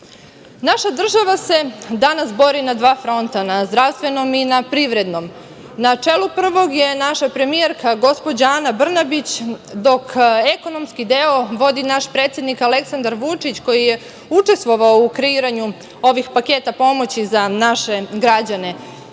država se danas bori na dva fronta, na zdravstvenom i na privrednom. Na čelu prvog je naša premijerka, gospođa Ana Brnabić, dok ekonomski deo vodi naš predsednik Aleksandar Vučić koji je učestvovao u kreiranju ovih paketa pomoći za naše građane.